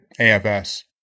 AFS